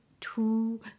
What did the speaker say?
two